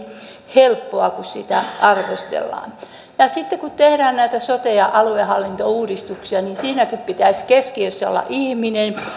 helppoa kuin sitä arvostellaan sitten kun tehdään näitä sote ja aluehallintouudistuksia siinäkin pitäisi keskiössä olla ihminen